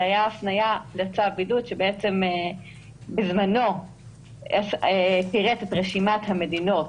זה היה הפניה לצו בידוד שבזמנו פירט את רשימת המדינות